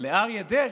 לאריה דרעי,